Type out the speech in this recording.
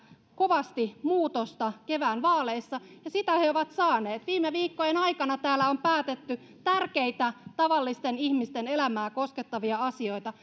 kovasti muutosta kevään vaaleissa ja sitä he ovat saaneet viime viikkojen aikana täällä on päätetty tärkeitä tavallisten ihmisten elämää koskettavia asioita